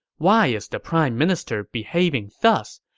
why is the prime minister behaving thus?